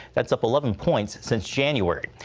that's up eleven points since january.